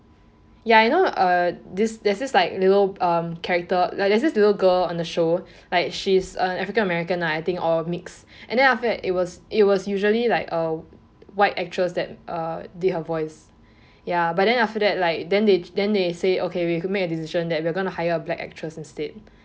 ya I know uh this that is like little um character like there is a little girl on the show like she is a African American lah I think or mixed and then after that it was it was usually like a white actress that uh did her voice ya but then after that like then they then they say okay we could make a decision that we are going to hire black actress instead